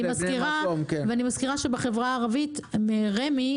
זה איזון בין הפריפריה שרוצים בית עם